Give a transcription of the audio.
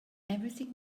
everything